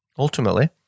Ultimately